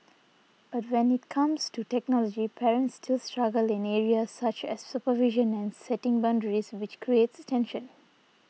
but when it comes to technology parents still struggle in areas such as supervision and setting boundaries which creates tension